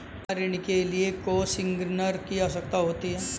क्या ऋण के लिए कोसिग्नर की आवश्यकता होती है?